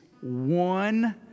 one